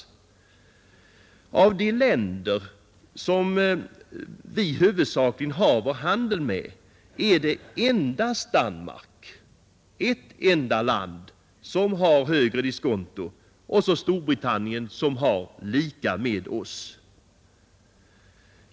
Av de länder som vi huvudsakligen bedriver handel med är det alltså endast Danmark — ett enda land — som har högre diskonto än vi, och så är det Storbritannien som har samma diskonto som vi.